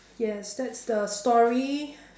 yes that's the story